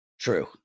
True